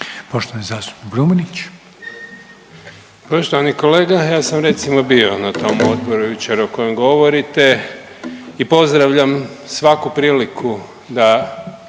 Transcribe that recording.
Poštovani zastupnik Brumnić.